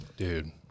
Dude